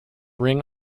ring